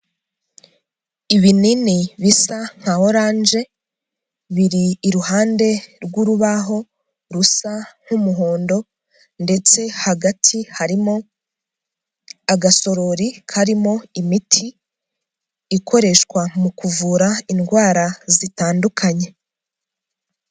Ibinini bisa nka oranje biri iruhande rw'urubaho rusa nk'umuhondo ndetse hagati harimo agasorori karimo imiti ikoreshwa mu kuvura indwara zitandukanye.